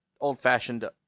old-fashioned